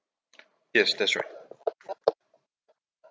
yes that's right